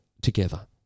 together